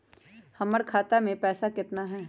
हमर खाता मे पैसा केतना है?